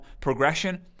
progression